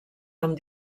amb